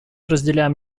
разделяем